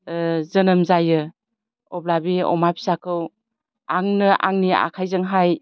जोनोम जायो अब्ला बि अमा फिसाखौ आंनो आंनि आखाइजोंहाय